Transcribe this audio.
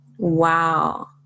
Wow